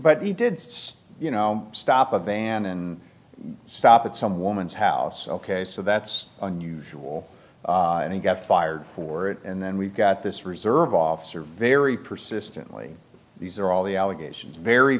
but he did you know stop a van and stop at some woman's house ok so that's unusual and he got fired for it and then we've got this reserve officer very persistently these are all the allegations very